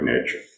nature